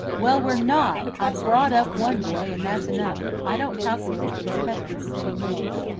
well, we're not. i brought up one boy and that's enough. i don't calculate to be pestered with any more.